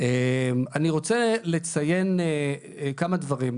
אני רוצה לציין כמה דברים.